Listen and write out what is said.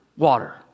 Water